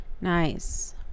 Nice